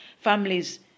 families